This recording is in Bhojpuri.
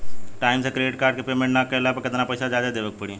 टाइम से क्रेडिट कार्ड के पेमेंट ना कैला पर केतना पईसा जादे देवे के पड़ी?